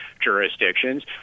jurisdictions